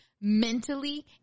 mentally